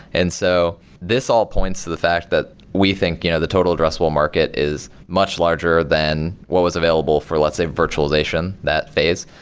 and so this all points to the fact that we think you know the total addressable market is much larger than what was available for let's say virtualization, that phase,